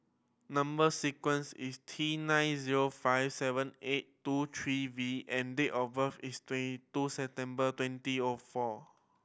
number sequence is T nine zero five seven eight two three V and date of birth is twenty two September twenty O four